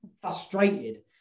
frustrated